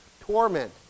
torment